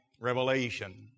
revelation